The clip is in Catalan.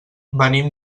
venim